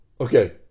Okay